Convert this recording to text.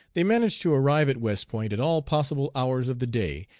they manage to arrive at west point at all possible hours of the day,